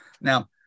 now